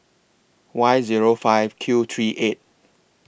Y Zero five Q three eight